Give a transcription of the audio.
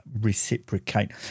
reciprocate